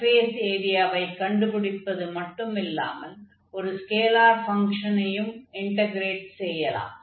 surface ஏரியாவை கண்டுபிடிப்பது மட்டுமில்லாமல் ஒரு ஸ்கேலார் ஃபங்ஷனையும் இன்டக்ரேட் செய்யலாம்